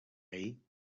ahí